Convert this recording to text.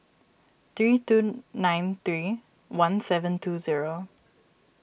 three two nine three one seven two zero